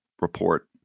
report